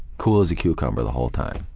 cool as a cucumber the whole time.